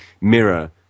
mirror